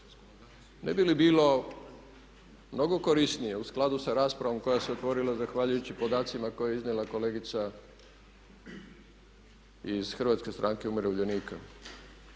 ne bi li bilo mnogo korisnije u skladu sa raspravom koja se otvorila zahvaljujući podacima koje je iznijela kolegica iz Hrvatske stranke umirovljenika.